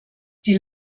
die